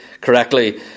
correctly